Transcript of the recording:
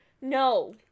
No